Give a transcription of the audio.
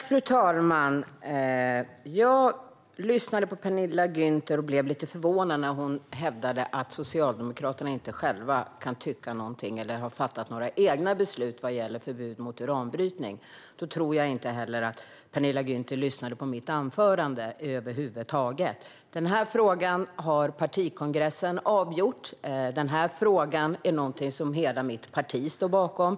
Fru talman! Jag lyssnade på Penilla Gunther och blev lite förvånad när hon hävdade att vi i Socialdemokraterna inte kan tycka någonting själva och inte har fattat några egna beslut vad gäller förbud mot uranbrytning. Jag tror inte att Penilla Gunther lyssnade på mitt anförande över huvud taget. Den här frågan har partikongressen avgjort, och hela mitt parti står bakom den.